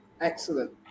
excellent